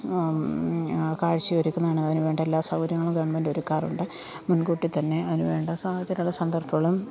കാഴ്ച്ചയൊരുക്കുന്നതാണ് അതിന് വേണ്ട എല്ലാ സൗകര്യങ്ങളും ഗവൺമെൻറ് ഒരുക്കാറുണ്ട് മുൻകൂട്ടി തന്നെ അതിന് വേണ്ട സാഹചര്യങ്ങളും സന്ദർഭങ്ങളും